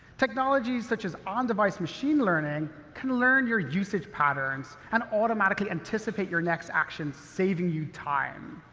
technologies such as on-device machine learning can learn your usage patterns, and automatically anticipate your next actions, saving you time.